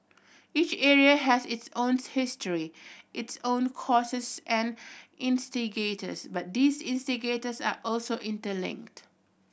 each area has its own history its own causes and instigators but these instigators are also interlinked